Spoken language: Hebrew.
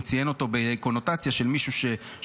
הוא ציין אותו בקונוטציה של מישהו ששמע